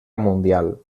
mundial